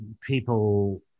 people